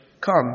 Come